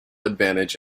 advantage